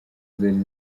zari